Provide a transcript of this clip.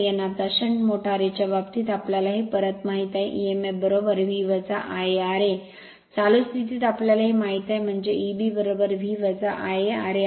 आता शंट मोटारीच्या बाबतीत आम्हाला हे परत माहित आहे emf V Ia ra चालू स्थितीत आम्हाला हे माहित आहे म्हणजे Eb V Ia ra आहे